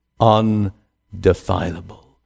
undefilable